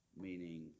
meaning